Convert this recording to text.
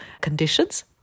conditions